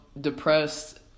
depressed